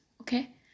Okay